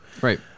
Right